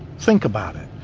think about it.